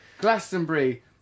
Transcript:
Glastonbury